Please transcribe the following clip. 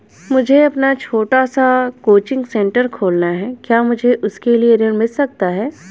मुझे अपना छोटा सा कोचिंग सेंटर खोलना है क्या मुझे उसके लिए ऋण मिल सकता है?